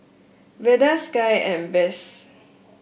Velda Sky and Bess